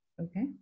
Okay